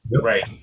Right